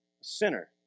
sinner